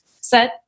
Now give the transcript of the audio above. set